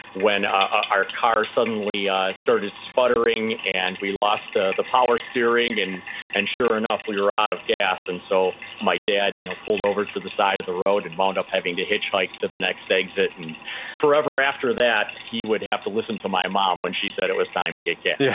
when our car suddenly started sputtering, and we lost ah the power steering. and and sure enough, we were out of gas. and so my dad you know pulled over to the side of the road and wound up having to hitchhike to the next exit. and forever after that, he would have to listen to my mom when she said it was time to get gas yeah